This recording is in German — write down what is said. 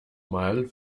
mal